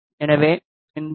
எனவே இந்த பி